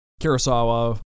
Kurosawa